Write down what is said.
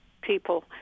people